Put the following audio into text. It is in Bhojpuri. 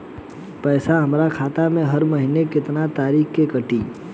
पैसा हमरा खाता से हर महीना केतना तारीक के कटी?